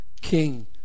King